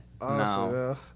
No